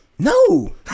No